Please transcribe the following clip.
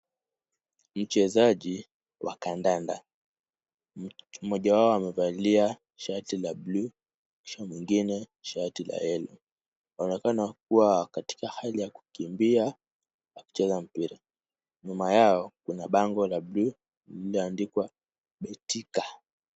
Mchezaji wa kandanda mmoja wao amevalia shati la buluu kisha mwingine shati la yellow . Wanaonekana kuwa katika hali ya kukimbia wakicheza mpira. Nyuma yao kuna bango la buluu lililoandiwa Betika.